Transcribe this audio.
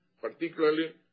particularly